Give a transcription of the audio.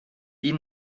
die